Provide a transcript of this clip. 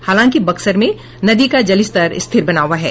हालाकि बक्सर में नदी का जलस्तर स्थिर बना हुआ है